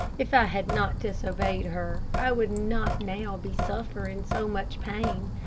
if i had not disobeyed her, i would not now be suffering so much pain.